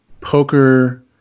poker